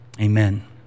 Amen